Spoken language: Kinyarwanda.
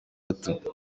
itatu